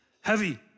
heavy